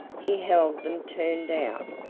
he held them turned out.